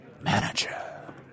Manager